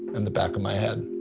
and the back of my head.